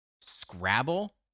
Scrabble